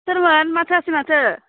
सोरमोन माथो होयासै माथो